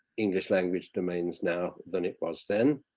english language domains now, than it was then.